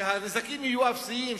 שהנזקים יהיו אפסיים,